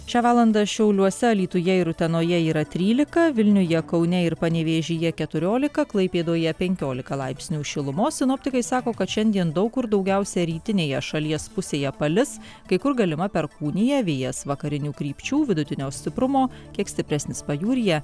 šią valandą šiauliuose alytuje ir utenoje yra trylika vilniuje kaune ir panevėžyje keturiolika klaipėdoje penkiolika laipsnių šilumos sinoptikai sako kad šiandien daug kur daugiausiai rytinėje šalies pusėje palis kai kur galima perkūnija vėjas vakarinių krypčių vidutinio stiprumo kiek stipresnis pajūryje